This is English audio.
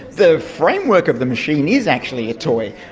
the framework of the machine is actually a toy.